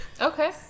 okay